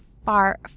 far